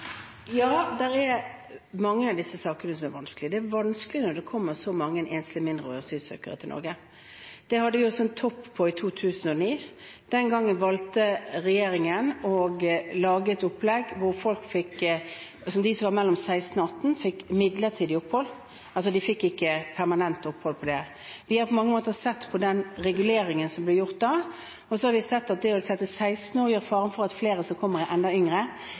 Ja, det er mange av disse sakene som er vanskelige. Det er vanskelig når det kommer så mange enslige mindreårige asylsøkere til Norge. Der hadde vi også en topp i 2009. Den gangen valgte regjeringen å lage et opplegg hvor de som var mellom 16 og 18 år, fikk midlertidig opphold, de fikk ikke permanent opphold. Vi har sett på den reguleringen som ble gjort da, og ser at det er en fare for at flere som kommer, er enda yngre